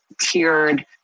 tiered